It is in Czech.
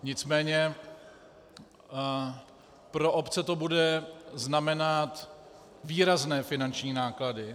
Nicméně pro obce to bude znamenat výrazné finanční náklady.